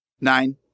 Nine